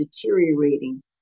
deteriorating